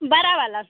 बड़ी वाली